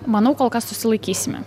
manau kol kas susilaikysime